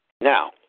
Now